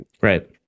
right